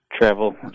travel